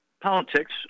politics